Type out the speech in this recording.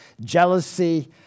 jealousy